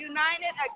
United